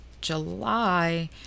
July